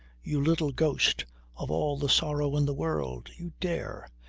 you little ghost of all the sorrow in the world. you dare!